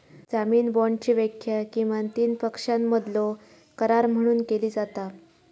जामीन बाँडची व्याख्या किमान तीन पक्षांमधलो करार म्हणून केली जाता